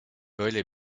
böyle